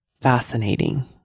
fascinating